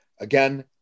Again